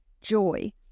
joy